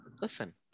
Listen